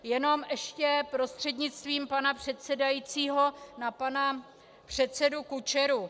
Jenom ještě prostřednictvím pana předsedajícího na pana předsedu Kučeru.